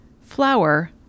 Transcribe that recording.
flour